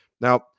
Now